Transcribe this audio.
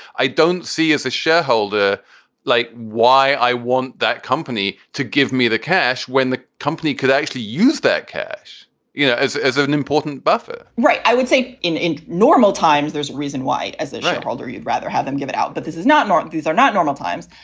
i don't see as a shareholder like why i want that company to give me the cash when the company could actually use that cash you know as as ah an important buffer, right? i would say in in normal times there's a reason why as they get older, you'd rather have them give it out. but this is not normal. these are not normal times.